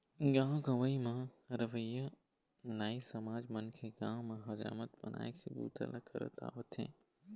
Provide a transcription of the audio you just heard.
गाँव गंवई म रहवइया नाई समाज मन के गाँव म हजामत बनाए के बूता ल करत आवत हे